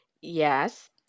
Yes